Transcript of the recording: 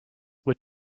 were